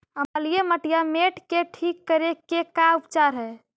अमलिय मटियामेट के ठिक करे के का उपचार है?